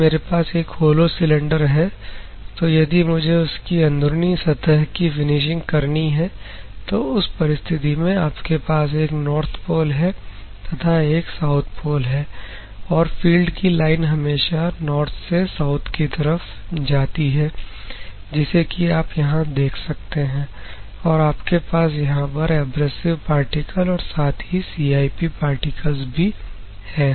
यदि मेरे पास एक होलो सिलिंडर है तो यदि मुझे उस की अंदरूनी सतह की फिनिशिंग करनी है तो उस परिस्थिति में आपके पास एक नॉर्थ पोल है तथा एक साउथ पोल है और फील्ड की लाइन हमेशा नॉर्थ से साउथ की तरफ जाती है जैसे कि आप यहां देख सकते हैं और आपके पास यहां पर एब्रेसिव पार्टिकल और साथ ही CIP पार्टिकल्स भी है